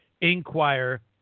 inquire